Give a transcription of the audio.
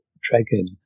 dragon